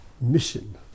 mission